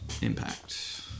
impact